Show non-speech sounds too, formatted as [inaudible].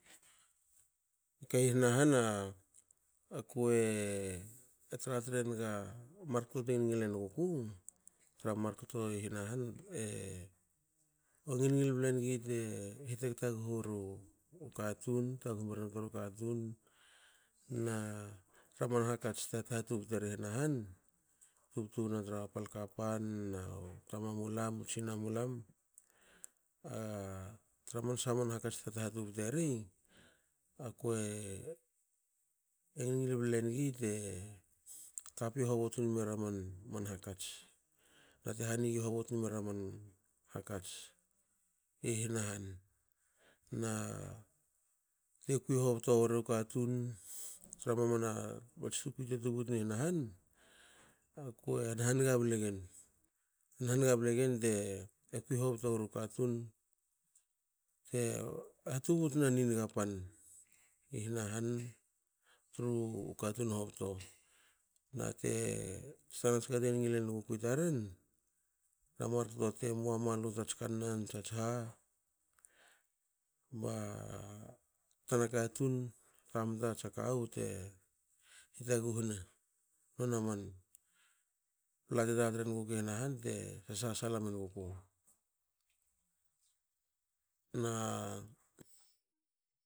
Okei i hna han ako e tratrenga markto te ngil ngil enguku tra mar kto i hna hane a ko ngilngil blengi te hitaguhu weru katun taghu meren u taru katun na tra pal kapan na tamamulam nu tsinamulam a tra man sha man hakats teha tubtubtu eri ako ngil ngil blengi te tapi hobotin mera man hakats nate hanigin mera hobotinera man hakats ihna han na te kui hobto weru katun tra mamana mats tukui te tubutni hna han akue han haniga blegen han haniga blegen te te kui hobto weru katun te hatubutna niniga pan ihna han tru katun hobto. Nate [unintelligible] tstanatska te ngil ngl engukui taren taren a markto te moa malu tatsi kannan tats ha ba tana katun tamta tsa kawu te hitaguhna. Nona man pla te tra trenguku hna han te sas sasala menguku. Na.